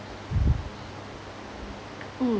mm